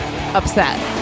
upset